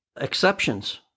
exceptions